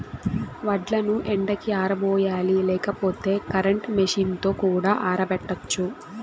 వడ్లను ఎండకి ఆరబోయాలి లేకపోతే కరెంట్ మెషీన్ తో కూడా ఆరబెట్టచ్చు